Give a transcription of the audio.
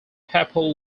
papal